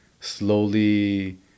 slowly